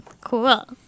Cool